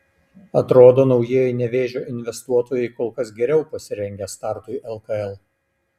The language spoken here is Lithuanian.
atrodo naujieji nevėžio investuotojai kol kas geriau pasirengę startui lkl